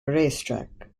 racetrack